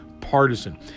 partisan